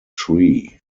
tree